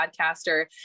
podcaster